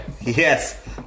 Yes